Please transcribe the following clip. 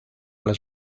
las